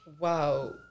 Wow